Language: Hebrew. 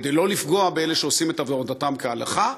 כדי לא לפגוע באלה שעושים את עבודתם כהלכה,